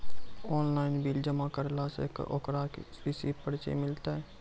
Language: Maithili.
ऑनलाइन बिल जमा करला से ओकरौ रिसीव पर्ची मिलतै?